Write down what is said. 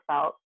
felt